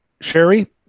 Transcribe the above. Sherry